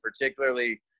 particularly –